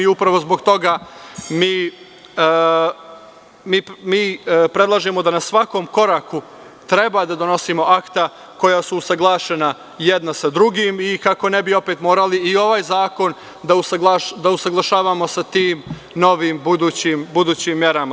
Upravo zbog toga mi predlažemo da na svakom koraku treba da donosimo akta koja su usaglašena jedni sa drugima i kako ne bi opet morali i ovaj zakon da usaglašavamo sa tim novim budućim merama.